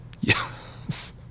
Yes